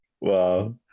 Wow